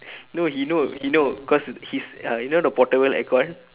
no he know he know cause he's uh you know the portable aircon